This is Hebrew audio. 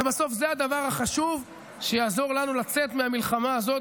ובסוף זה הדבר החשוב שיעזור לנו לצאת מהמלחמה הזאת